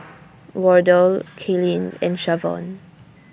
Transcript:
Wardell Kaelyn and Shavon